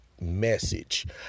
message